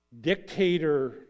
dictator